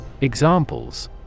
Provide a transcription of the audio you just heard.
Examples